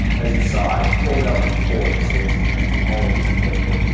as you saw, pulled out the core so it's an empty hollow piece of paracord,